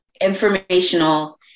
informational